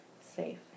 safe